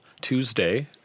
Tuesday